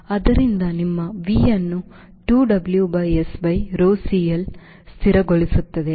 ಆದ್ದರಿಂದ ನಿಮ್ಮ V ಅನ್ನು 2 W by S by rho CL ಸ್ಥಿರಗೊಳಿಸುತ್ತದೆ